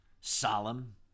solemn